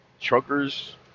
truckers